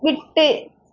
விட்டு